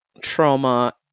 trauma